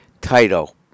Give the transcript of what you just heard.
title